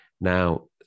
now